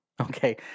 Okay